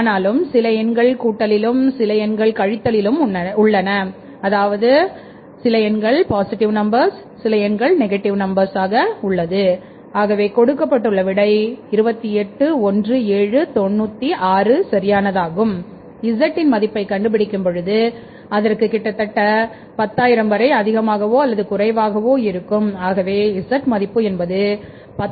ஆனாலும் சில எண்கள் கூட்டலும் 1000084530888463088